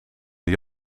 die